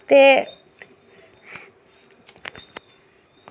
ते